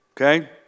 Okay